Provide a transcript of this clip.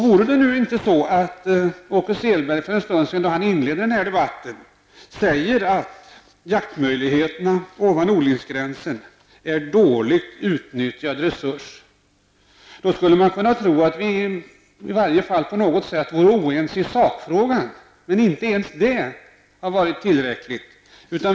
Vore det nu inte så att Åke Selberg, när han för en stund sedan inledde denna debatt, sade att jaktmöjligheterna ovan odlingsgränsen är en dåligt utnyttjad resurs, skulle man kunna tro att vi på något sätt skulle vara oense i sakfrågan. Men inte ens det har varit tillräckligt.